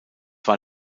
war